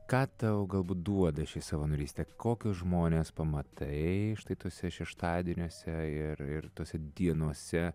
ką tau galbūt duoda ši savanorystė kokius žmones pamatai štai tuose šeštadieniuose ir ir tose dienose